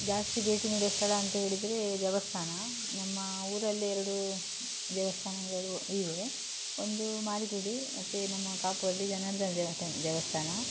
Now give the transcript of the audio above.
ಜಾಸ್ತಿ ಭೇಟಿ ನೀಡುವ ಸ್ಥಳ ಅಂತ ಹೇಳಿದರೆ ದೇವಸ್ಥಾನ ನಮ್ಮ ಊರಲ್ಲಿ ಎರಡು ದೇವಸ್ಥಾನಗಳು ಇವೆ ಒಂದು ಮಾರಿಗುಡಿ ಮತ್ತೆ ನಮ್ಮ ಕಾಪುವಲ್ಲಿ ಜನಾರ್ದನ ದೇವಸ್ಥಾನ ದೇವಸ್ಥಾನ